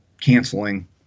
canceling